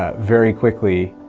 ah very quickly